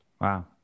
Wow